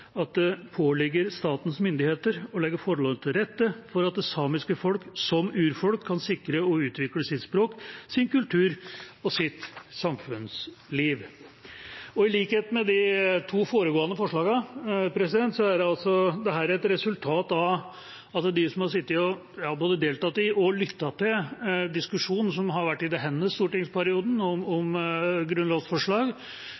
lyder: «Det påligger statens myndigheter å legge forholdene til rette for at det samiske folk, som urfolk, kan sikre og utvikle sitt språk, sin kultur og sitt samfunnsliv.» I likhet med de to foregående forslagene er dette et resultat av at de som både har deltatt i og lyttet til diskusjonen som har vært i denne stortingsperioden om